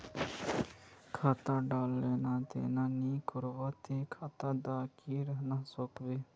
खाता डात लेन देन नि करबो ते खाता दा की रहना सकोहो?